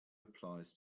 applies